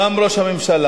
גם ראש הממשלה,